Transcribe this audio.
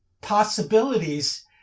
possibilities